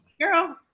Girl